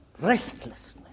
restlessness